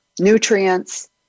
nutrients